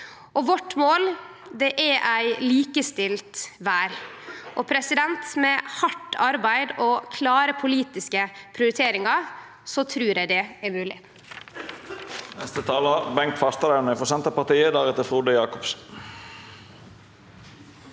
Vårt mål er ei likestilt verd. Med hardt arbeid og klare politiske prioriteringar trur eg det er mogleg.